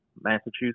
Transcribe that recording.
massachusetts